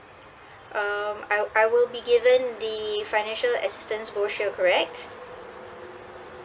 um I I will be given the financial assistance brochure correct